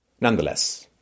Nonetheless